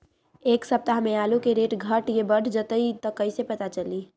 एक सप्ताह मे आलू के रेट घट ये बढ़ जतई त कईसे पता चली?